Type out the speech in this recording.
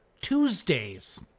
Tuesdays